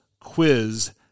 quiz